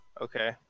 Okay